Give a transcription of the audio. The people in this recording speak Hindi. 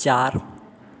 चार